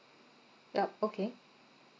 yup okay